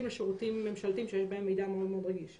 לשירותים ממשלתיים שיש בהם מידע רגיש מאוד.